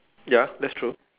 ya that's true